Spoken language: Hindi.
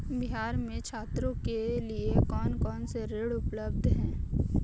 बिहार में छात्रों के लिए कौन कौन से ऋण उपलब्ध हैं?